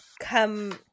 Come